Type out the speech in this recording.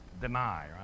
deny